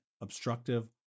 obstructive